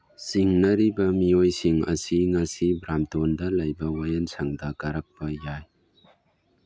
ꯆꯤꯡꯅꯔꯤꯕ ꯃꯤꯑꯣꯏꯁꯤꯡ ꯑꯁꯤ ꯉꯁꯤ ꯕ꯭ꯔꯥꯝꯇꯣꯟꯗ ꯂꯩꯕ ꯋꯥꯌꯦꯜꯁꯪꯗ ꯀꯥꯔꯛꯄ ꯌꯥꯏ